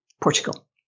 Portugal